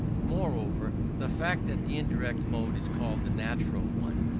moreover, the fact that the indirect mode is called the natural one,